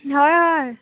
হয় হয়